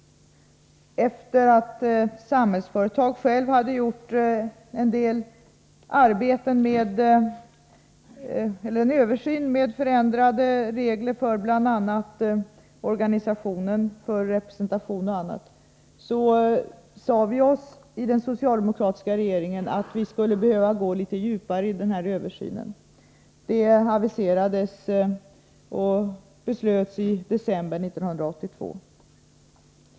Efter det att Samhällsföretag självt hade gjort en översyn avseende förändrade regler för representation i organisationen och annat sade vi oss i den socialdemokratiska regeringen att vi skulle behöva gå litet djupare i den här översynen. Det aviserades och beslutades i december 1982.